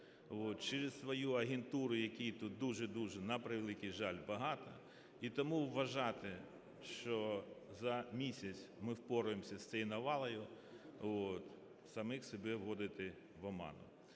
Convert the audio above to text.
через свою агентуру, якій тут дуже і дуже, на превеликий жаль, багато, і тому вважати, що за місяць ми впораємося з цією навалою, - самих себе вводити в оману.